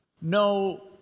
no